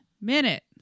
Minute